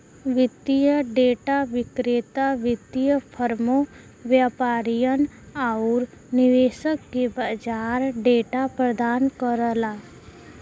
वित्तीय डेटा विक्रेता वित्तीय फर्मों, व्यापारियन आउर निवेशक के बाजार डेटा प्रदान करला